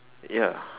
ya